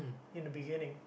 in the beginning